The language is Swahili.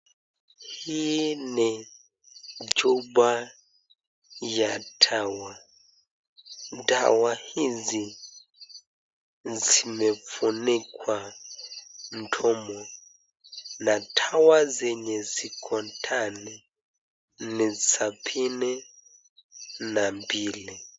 Hii ni chupa ya dawa. Dawa hizi zimefunikwa mdomo na dawa zenye ziko ndani ni sabini na mbili.